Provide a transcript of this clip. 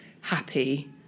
happy